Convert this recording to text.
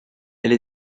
elle